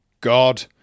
God